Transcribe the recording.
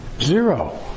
Zero